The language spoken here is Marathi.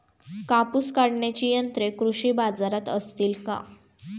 कापूस काढण्याची यंत्रे कृषी बाजारात असतील का?